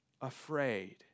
afraid